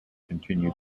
continued